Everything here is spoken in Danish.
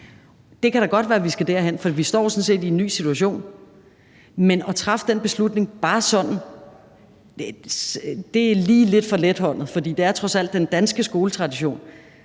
Det kan da godt være, at vi skal derhen, for vi står jo sådan set i en ny situation, men at træffe den beslutning bare sådan, er lige at gøre det med lidt for let hånd. Det er trods alt den danske skoletradition,